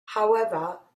however